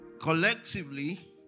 collectively